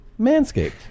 manscaped